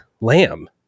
lamb